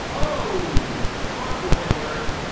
whoooohh fuck boy alert